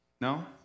No